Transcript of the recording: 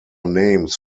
names